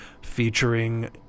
featuring